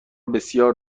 بسیار